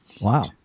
wow